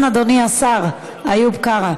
כן, אדוני השר איוב קרא.